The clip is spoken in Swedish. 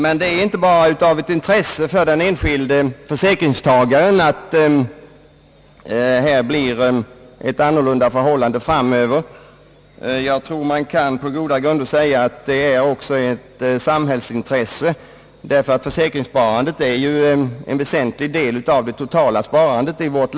Men det är inte bara ett intresse för den enskilde försäkringstagaren «att hans sparande i framtiden blir värdebeständigt — jag tror att man på goda grunder kan säga att det också är ett samhällsintresse, eftersom försäkringssparandet är en väsentlig del av det totala sparandet i landet.